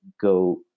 go